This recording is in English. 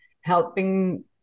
helping